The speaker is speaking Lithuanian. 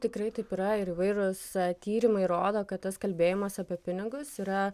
tikrai taip yra ir įvairūs tyrimai rodo kad tas kalbėjimas apie pinigus yra